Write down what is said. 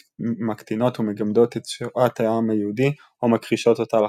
שמקטינות ומגמדות את שואת העם היהודי או מכחישות אותה לחלוטין.